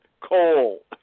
coal